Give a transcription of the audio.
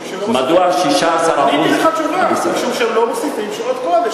מדוע 16% אני אגיד לך תשובה: משום שהם לא מוסיפים שעות קודש.